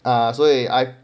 ah 所以 I